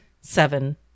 seven